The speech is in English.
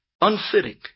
unfitting